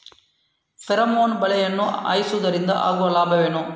Pheromone ಬಲೆಯನ್ನು ಹಾಯಿಸುವುದರಿಂದ ಆಗುವ ಲಾಭವೇನು?